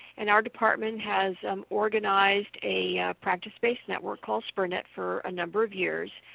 and our department has organized a practice-based network called spur-net for a number of years.